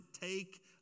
take